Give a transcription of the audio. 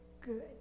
good